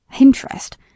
Interest